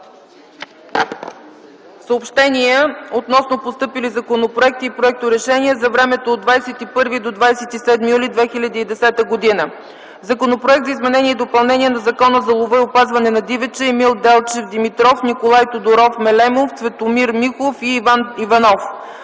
Съобщения относно постъпили законопроекти и проекторешения за времето от 21 до 27 юли 2010 г.: Законопроект за изменение и допълнение на Закона за лова и опазване на дивеча. Вносители са Емил Делчев Димитров, Николай Тодоров Мелемов, Цветомир Михов и Иван Иванов.